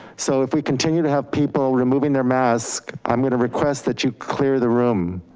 so if we continue to have people removing their masks, i'm going to request that you clear the room.